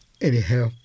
Anyhow